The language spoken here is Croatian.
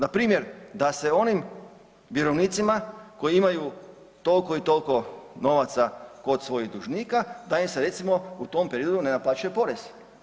Npr. da se onim vjerovnicima koji imaju toliko i toliko novaca kod svojih dužnika, da im se recimo u tome periodu ne naplaćuje porez.